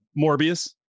Morbius